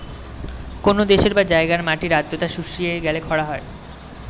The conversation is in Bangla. কোন দেশের বা জায়গার মাটির আর্দ্রতা শুষিয়ে গেলে খরা হয়